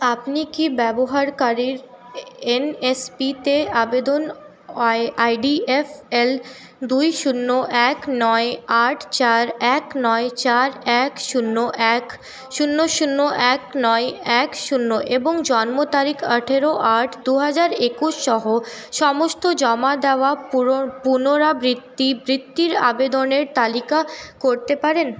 আপনি কি ব্যবহারকারীর এনএসপি তে আবেদন I I D F L দুই শূন্য এক নয় আট চার এক নয় চার এক শূন্য এক শূন্য শূন্য এক নয় এক শূন্য এবং জন্ম তারিখ আঠেরো আট দু হাজার একুশ সহ সমস্ত জমা দেওয়া পুরো পুনরাবৃত্তি বৃত্তির আবেদনের তালিকা করতে পারেন